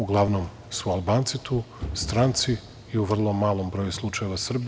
Uglavnom su Albanci tu, stranci i u vrlo malom broju slučajeva, Srbi.